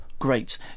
great